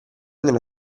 nella